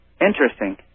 Interesting